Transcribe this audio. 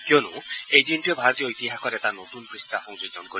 কিয়নো এই দিনটোৱে ভাৰতীয় ইতিহাসত এটা নতুন পষ্ঠা সংযোজন কৰিব